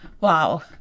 wow